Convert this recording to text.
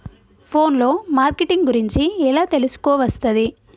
Phone లో marketing గురించి ఎలా తెలుసుకోవస్తది?